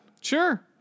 Sure